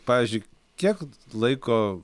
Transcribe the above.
pavyzdžiui kiek laiko